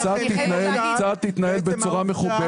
קצת תתנהל בצורה מכובדת.